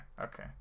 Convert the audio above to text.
okay